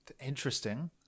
interesting